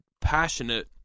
passionate